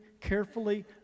carefully